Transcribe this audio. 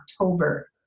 October